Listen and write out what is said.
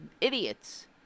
idiots